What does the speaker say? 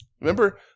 remember –